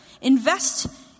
Invest